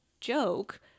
joke